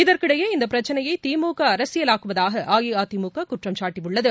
இதற்கிடையே இந்தபிரச்சினையைதிமுகஅரசியலாக்குவதாகஅஇஅதிமுககுற்றம் சாட்டியுள்ளது